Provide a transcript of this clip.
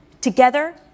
Together